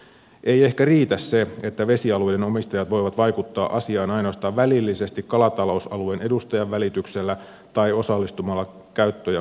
ei ehkä riitä se että vesialueiden omistajat voivat vaikuttaa asiaan ainoastaan välillisesti kalatalousalueen edustajan välityksellä tai osallistumalla käyttö ja hoitosuunnitelmaprosessin kautta